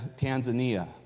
Tanzania